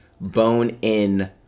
bone-in